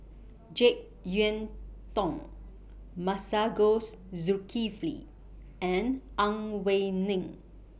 Jek Yeun Thong Masagos Zulkifli and Ang Wei Neng